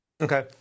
Okay